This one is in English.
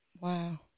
Wow